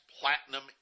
Platinum